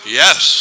yes